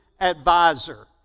advisor